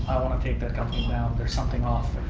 want to take that company down, there's something off,